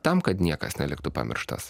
tam kad niekas neliktų pamirštas